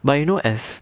but you know as